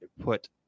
put